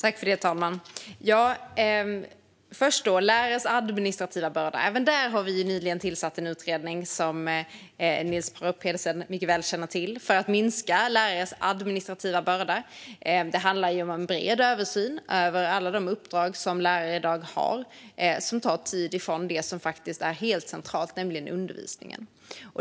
Herr talman! Som Niels Paarup-Petersen mycket väl känner till har vi nyligen tillsatt en utredning för att minska lärares administrativa börda. Det handlar om en bred översyn av alla de uppdrag som lärare i dag har och som tar tid från det som faktiskt är helt centralt, nämligen undervisningen.